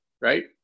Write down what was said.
right